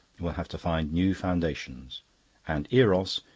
will have to find new foundations and eros,